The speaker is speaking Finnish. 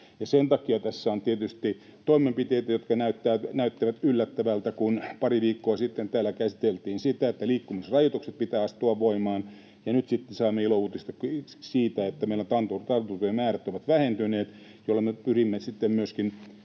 Sen takia tässä on tietysti toimenpiteitä, jotka näyttävät yllättäviltä: pari viikkoa sitten täällä käsiteltiin sitä, että liikkumisrajoitusten pitää astua voimaan, ja nyt sitten saamme ilouutisia siitä, että meillä tartuntojen määrät ovat vähentyneet, jolloin me pyrimme sitten